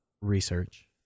research